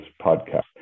podcast